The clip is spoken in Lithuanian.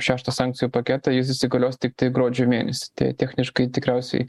šeštą sankcijų paketą jis įsigalios tiktai gruodžio mėnesį techniškai tikriausiai